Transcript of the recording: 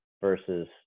versus